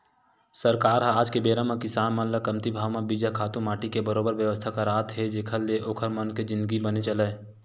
सरकार ह आज के बेरा म किसान मन ल कमती भाव म बीजा, खातू माटी के बरोबर बेवस्था करात हे जेखर ले ओखर मन के जिनगी बने चलय